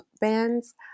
bands